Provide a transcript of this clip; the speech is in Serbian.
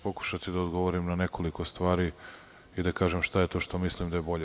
Pokušaću da odgovorim na nekoliko stvari i da kažem šta je to što mislim da je bolje.